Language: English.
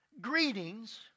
greetings